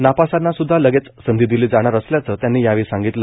नापासांनासुदधा लगेच संधी दिली जाणार असल्याचे त्यांनी सांगितले